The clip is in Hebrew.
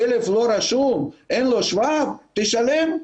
הכלב לא רשום ואין לו שבב, תשלם.